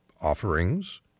offerings